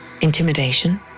Intimidation